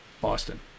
Boston